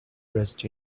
dressed